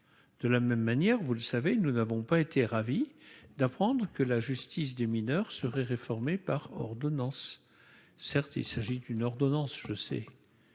de la même manière, vous le savez, nous n'avons pas été ravis d'apprendre que la justice des mineurs seraient réformer par ordonnances, certes, il s'agit d'une ordonnance, je sais,